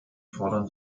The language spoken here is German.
fordern